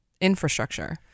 infrastructure